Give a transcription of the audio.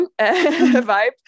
vibe